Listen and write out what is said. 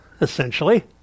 essentially